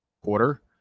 quarter